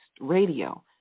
Radio